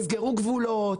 תסגרו גבולות,